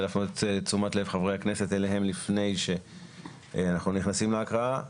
להפנות את תשומת לב חברי הכנסת לפני שאנחנו נכנסים להקראה.